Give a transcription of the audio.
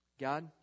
God